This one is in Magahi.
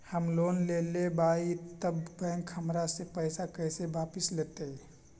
हम लोन लेलेबाई तब बैंक हमरा से पैसा कइसे वापिस लेतई?